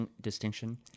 distinction